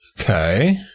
Okay